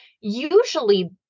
usually